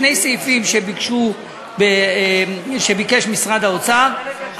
שני סעיפים שביקש משרד האוצר,